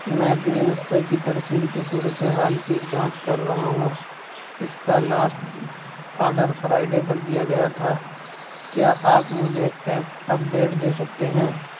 میں اپنے نسخے کی ترسیل کی صورتحال کی جانچ کر رہا ہوں اس کا لاسٹ آڈر فرائڈے پر دیا گیا تھا کیا آپ مجھے ایپ اپڈیٹ دے سکتے ہیں